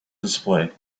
display